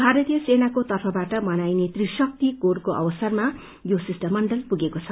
भरतीय सेनाको तर्फबाट मनाइने त्रिशक्ति कोरको अवसरमा यो शिष्टमंडल पुगेको छ